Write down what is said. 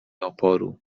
oporu